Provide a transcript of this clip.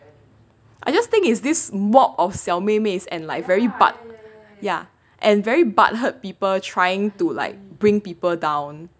I just think is this walk of 小妹妹 like and very butt ya and very butt hurt people trying to like bring people down